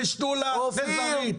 בשתולה ובזרעית.